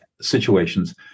situations